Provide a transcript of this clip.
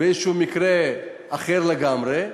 באיזשהו מקרה אחר לגמרי,